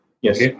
Yes